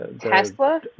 Tesla